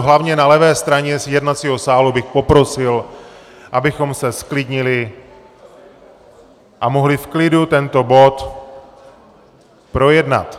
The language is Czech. Hlavně na levé straně jednacího sálu bych poprosil, abychom se zklidnili a mohli v klidu tento bod projednat!